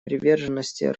приверженности